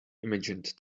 imagined